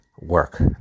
work